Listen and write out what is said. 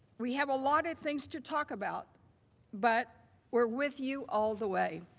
we have a lot of things to talk about but we are with you all the way.